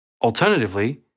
Alternatively